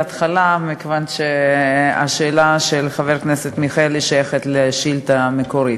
מכיוון שהשאלה של חבר הכנסת מיכאלי שייכת לשאילתה המקורית.